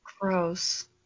gross